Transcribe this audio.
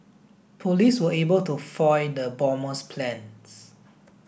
police were able to foil the bomber's plans